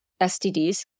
STDs